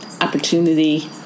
opportunity